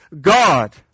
God